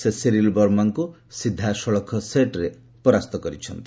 ସେ ସିରିଲ୍ ବର୍ମାଙ୍କୁ ସିଧାସଳଖ ସେଟ୍ରେ ପରାସ୍ତ କରିଛନ୍ତି